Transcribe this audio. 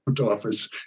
office